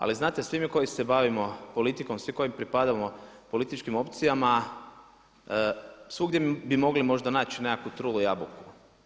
Ali znate svi mi koji se bavimo politikom, svi koji pripadamo političkim opcijama svugdje bi mogli možda naći nekakvu trulu jabuku.